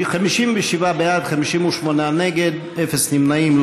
57 בעד, 58 נגד, אין נמנעים.